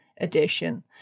edition